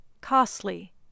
Costly